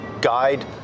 guide